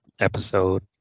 episode